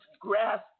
grasp